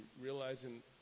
realizing